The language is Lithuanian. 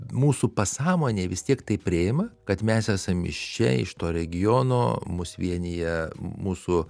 mūsų pasąmonė vis tiek tai priima kad mes esam iš čia iš to regiono mus vienija mūsų